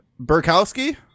Burkowski